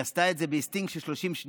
היא עשתה את זה באינסטינקט של 30 שניות.